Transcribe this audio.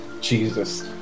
Jesus